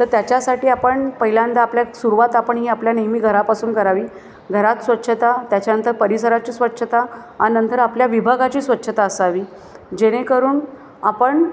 तर त्याच्यासाठी आपण पहिल्यांदा सुरुवात आपण ही आपल्या नेहमी घरापासून करावी घरात स्वच्छता नंतर परिसराची स्वच्छता आणि नंतर आपल्या विभागाची स्वच्छता असावी जेणेकरून आपण